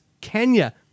Kenya